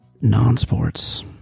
non-sports